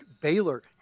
Baylor